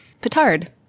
Petard